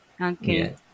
okay